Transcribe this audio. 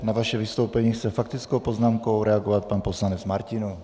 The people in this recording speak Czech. Na vaše vystoupení chce faktickou poznámkou reagovat pan poslanec Martinů.